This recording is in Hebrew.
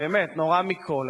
באמת נורא מכול.